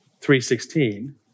3.16